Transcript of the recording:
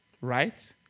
right